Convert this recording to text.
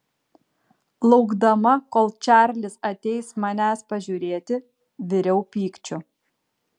laukdama kol čarlis ateis manęs pažiūrėti viriau pykčiu